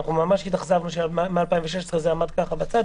ממש התאכזבנו שמ-2016 זה עמד בצד,